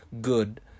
good